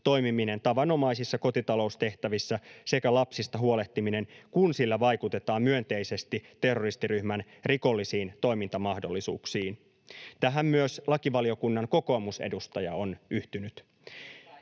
toimiminen tavanomaisissa kotitaloustehtävissä sekä lapsista huolehtiminen, kun sillä vaikutetaan myönteisesti terroristiryhmän rikollisiin toimintamahdollisuuksiin. Tähän myös lakivaliokunnan kokoomusedustaja on yhtynyt.